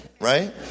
right